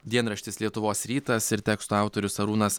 dienraštis lietuvos rytas ir teksto autorius arūnas